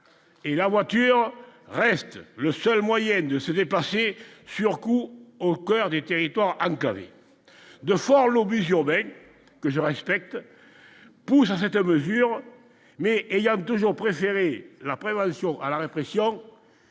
et la voiture reste le seul moyen de se déplacer sur coup au coeur des territoires enclavés de forts l'oblige urbaine que je respecte, pousse à cette mesure, mais il a toujours préféré la prévention à la répression,